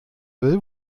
will